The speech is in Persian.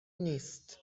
نیست